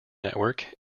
network